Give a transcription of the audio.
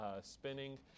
spinning